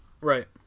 Right